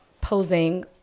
posing